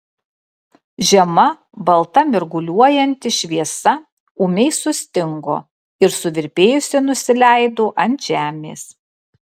žema balta mirguliuojanti šviesa ūmiai sustingo ir suvirpėjusi nusileido ant žemės